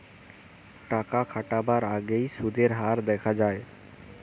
টাকা খাটাবার আগেই সুদের হার দেখা যায়